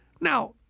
Now